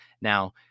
Now